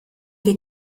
wir